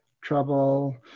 trouble